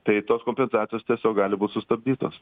tai tos kompensacijos tiesiog gali būt sustabdytos